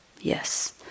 yes